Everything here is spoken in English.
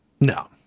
No